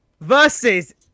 versus